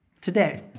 today